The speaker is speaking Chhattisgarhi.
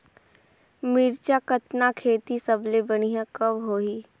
मिरचा कतना खेती सबले बढ़िया कब होही?